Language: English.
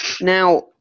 now